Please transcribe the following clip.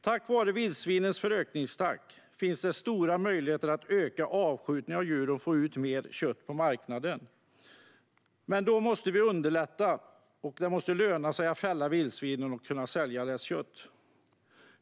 Tack vare vildsvinens förökningstakt finns det stora möjligheter att öka avskjutningen av djuren och få ut mer kött på marknaden, men då måste vi underlätta. Det måste löna sig att fälla vildsvin och sälja deras kött.